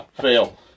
Fail